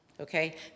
okay